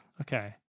Okay